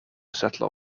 settler